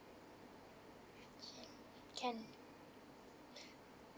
can